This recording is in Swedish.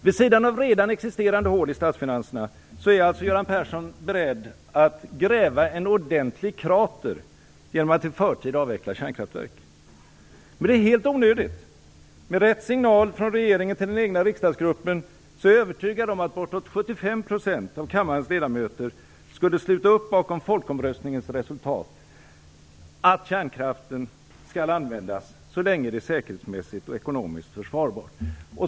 Vid sidan av redan existerande hål i statsfinanserna är Göran Persson alltså beredd att gräva en ordentlig krater genom att i förtid avveckla kärnkraftverk. Men det är helt onödigt. Med rätt signal från regeringen till den egna riksdagsgruppen är jag övertygad om att bortåt 75 % av kammarens ledamöter skulle sluta upp bakom folkomröstningens resultat att kärnkraften skall användas så länge det är säkerhetsmässigt och ekonomiskt försvarbart.